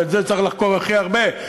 את זה צריך לחקור הכי הרבה,